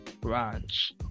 branch